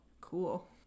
cool